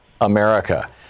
America